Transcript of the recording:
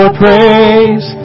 praise